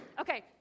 okay